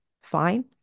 fine